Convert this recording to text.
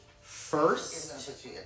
first